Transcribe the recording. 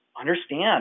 understand